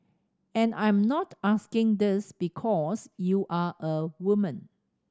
and I'm not asking this because you're a woman